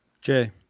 Jay